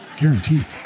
Guaranteed